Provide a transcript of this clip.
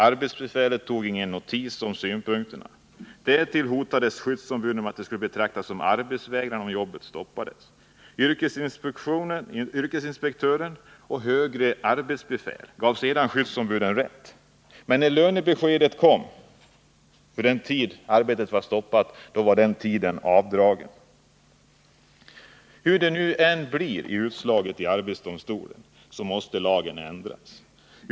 Arbetsbefälet tog ingen notis om synpunkterna. Därtill hotades skyddsombuden med att det skulle betraktas som arbetsvägran, om jobbet stoppades. Yrkesinspektören och högre arbetsbefäl gav sedan skyddsombuden rätt. Men när lönebeskedet för den tid då arbetet var stoppat kom var lönen för den tiden avdragen. Hur utslaget i arbetsdomstolen än blir måste lagen ändras.